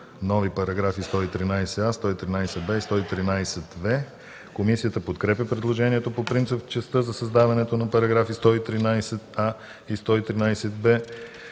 нови параграфи 113а, 113б и 113в. Комисията подкрепя предложението по принцип в частта за създаването на § 113а и § 113б